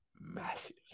massive